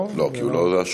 לא, כי הוא לא השואל.